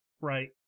Right